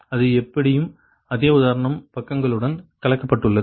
அது எப்படியும் அதே உதாரணம் பக்கங்களுடன் கலக்கப்பட்டுள்ளது